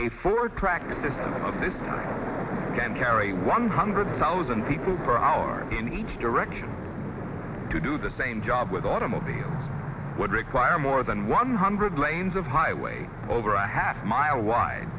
a for practice of this can carry one hundred thousand people per hour in each direction to do the same job with automobiles would require more than one hundred lanes of highway over a half mile wide